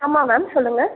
ஆமாம் மேம் சொல்லுங்கள்